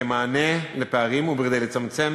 כמענה לפערים וכדי לצמצם